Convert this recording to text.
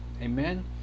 Amen